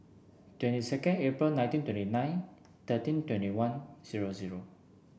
twenty second April nineteen twenty nine thirteen twenty one zero zero